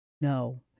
no